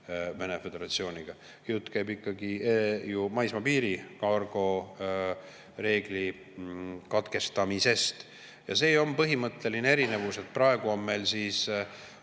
Vene föderatsiooniga. Jutt käib ikkagi ju maismaapiiri kargo reegli katkestamisest. Ja see on põhimõtteline erinevus, et praegu on meil